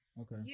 Okay